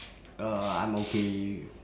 uh I'm okay with